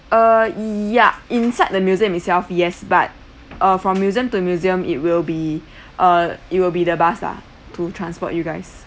uh ya inside the museum itself yes but uh from museum to museum it will be uh it will be the bus lah to transport you guys